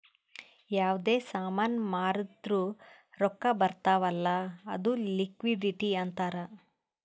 ಯಾವ್ದೇ ಸಾಮಾನ್ ಮಾರ್ದುರ್ ರೊಕ್ಕಾ ಬರ್ತಾವ್ ಅಲ್ಲ ಅದು ಲಿಕ್ವಿಡಿಟಿ ಅಂತಾರ್